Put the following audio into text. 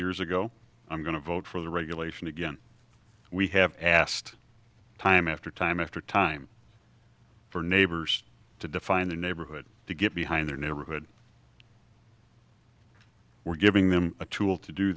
years ago i'm going to vote for the regulation again we have asked time after time after time for neighbors to define the neighborhood to get behind their neighborhood we're giving them a tool to do